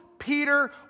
Peter